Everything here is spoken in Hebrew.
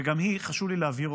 וגם אותה חשוב לי להבהיר: